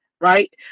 Right